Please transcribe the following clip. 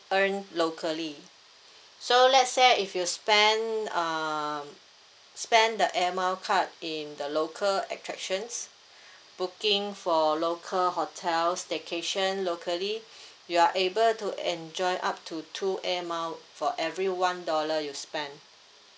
earned locally so let's say if you spent um spent the air miles card in the local attractions booking for local hotel staycation locally you are able to enjoy up to two air mile for every one dollar you spent